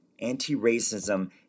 anti-racism